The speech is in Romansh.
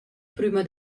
prüma